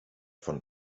von